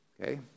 okay